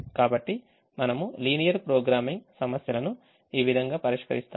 కాబట్టి మనము linear programming సమస్యలను ఈ విధంగా పరిష్కరిస్తాము